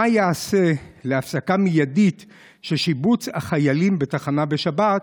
מה ייעשה להפסקה מיידית של שיבוץ החיילים בתחנה בשבת?